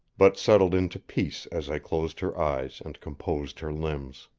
but settled into peace as i closed her eyes and composed her limbs.